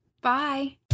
bye